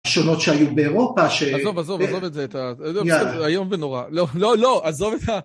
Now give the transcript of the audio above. ‫השונות שהיו באירופה ש... ‫-עזוב, עזוב, עזוב את זה. ‫זה איום ונורא. ‫לא, לא, לא, עזוב את ה...